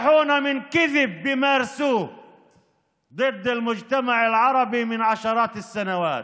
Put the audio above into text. פטרו אותנו מהשקר שהם משקרים נגד החברה הערבית זה עשרות שנים.